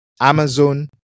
Amazon